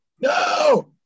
No